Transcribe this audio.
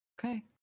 Okay